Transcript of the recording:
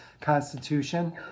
Constitution